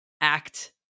act